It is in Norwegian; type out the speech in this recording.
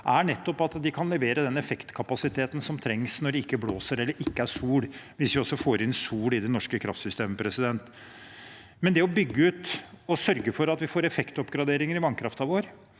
er at en kan levere den effektkapasiteten som trengs når det ikke blåser eller ikke er sol, hvis vi også får inn sol i det norske kraftsystemet. Det å bygge ut og sørge for at vi får effektoppgraderinger i vannkraften vår,